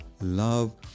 love